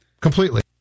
Completely